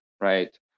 right